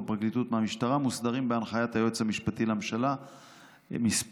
בפרקליטות מהמשטרה מוסדרים בהנחיית היועץ המשפטי לממשלה מס'